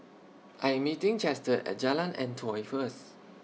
I Am meeting Chester At Jalan Antoi First